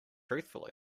truthfully